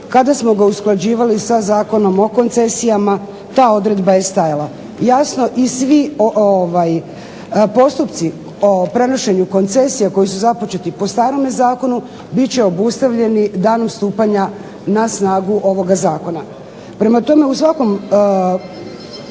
kada smo ga usklađivali sa Zakonom o koncesijama ta odredba je stajala. Jasno, i svi postupci o prenošenju koncesija koji su započeti po starome zakonu bit će obustavljeni danom stupanja na snagu ovoga zakona. Prema tome, u svakom